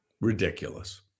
ridiculous